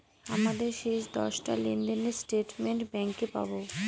আমাদের শেষ দশটা লেনদেনের স্টেটমেন্ট ব্যাঙ্কে পাবো